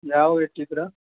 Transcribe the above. ಯಾವಾಗ ಇಟ್ಟಿದೀರಾ